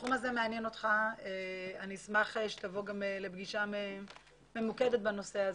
התחום הזה מעניין אותך ואני אשמח שתבוא לפגישה ממוקדת בנושא הזה.